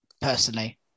personally